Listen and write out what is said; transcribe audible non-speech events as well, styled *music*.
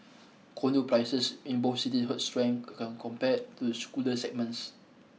condo prices in both city held strength *unintelligible* compared to the *unintelligible* segments